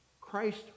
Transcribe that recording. Christ